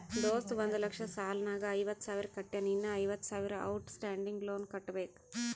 ದೋಸ್ತ ಒಂದ್ ಲಕ್ಷ ಸಾಲ ನಾಗ್ ಐವತ್ತ ಸಾವಿರ ಕಟ್ಯಾನ್ ಇನ್ನಾ ಐವತ್ತ ಸಾವಿರ ಔಟ್ ಸ್ಟ್ಯಾಂಡಿಂಗ್ ಲೋನ್ ಕಟ್ಟಬೇಕ್